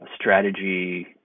strategy